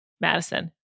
Madison